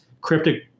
cryptic